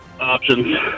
Options